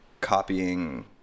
copying